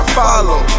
follow